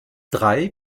drei